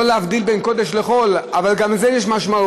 לא להבדיל בין קודש לחול, אבל גם לזה יש משמעות.